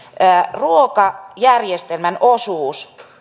ruokajärjestelmän osuus